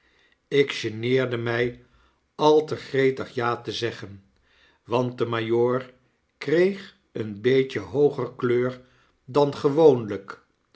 ik geneerde my al te gretig ja te zeggen want de majoor kreeg een beetje hooger kleur dan gewooniyk